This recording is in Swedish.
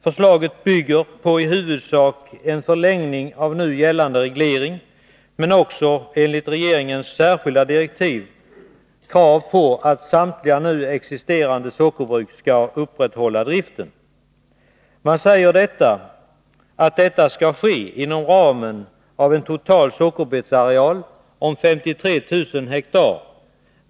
Förslaget bygger på i huvudsak en förlängning av nu gällande reglering men också enligt regeringens särskilda direktiv krav på att samtliga nu existerande sockerbruk skall upprätthålla driften. Man säger att detta skall ske inom ramen för en total sockerbetsareal om 53 000 hektar.